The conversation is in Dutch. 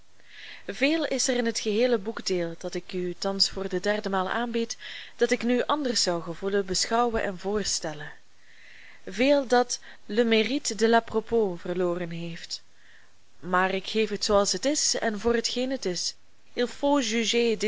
veel is er in het geheele boekdeel dat ik u thans voor de derde maal aanbied dat ik nu anders zou gevoelen beschouwen en voorstellen veel dat le mérite de l à-propos verloren heeft maar ik geef het zooals het is en voor hetgeen het is